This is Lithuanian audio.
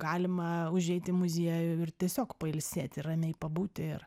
galima užeiti į muziejų ir tiesiog pailsėti ramiai pabūti ir